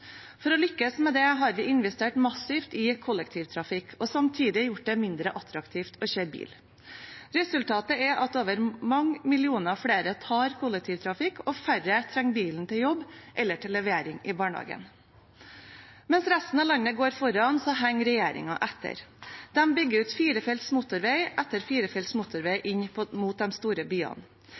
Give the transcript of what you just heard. For å lykkes med det, har vi investert massivt i kollektivtrafikk og samtidig gjort det mindre attraktivt å kjøre bil. Resultatet er at over mange millioner flere reiser kollektivt, og færre trenger bilen til jobb eller til levering i barnehagen. Mens resten av landet går foran, henger regjeringen etter. De bygger ut firefelts motorvei etter firefelts motorvei inn mot de store byene: